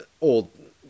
old